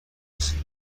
زیر